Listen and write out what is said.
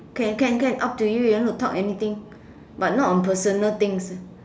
can can can up to you you want to talk anything but not on personal things